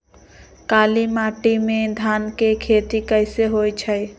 काली माटी में धान के खेती कईसे होइ छइ?